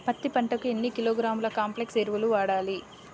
పత్తి పంటకు ఎన్ని కిలోగ్రాముల కాంప్లెక్స్ ఎరువులు వాడాలి?